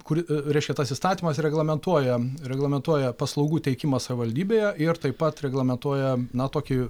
kur reiškia tas įstatymas reglamentuoja reglamentuoja paslaugų teikimą savivaldybėje ir taip pat reglamentuoja na tokį